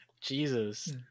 Jesus